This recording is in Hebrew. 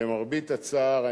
למרבה הצער,